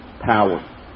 power